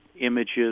images